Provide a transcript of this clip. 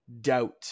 doubt